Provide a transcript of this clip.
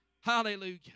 Hallelujah